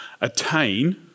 attain